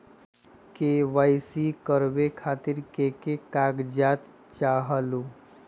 KYC करवे खातीर के के कागजात चाहलु?